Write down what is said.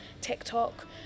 TikTok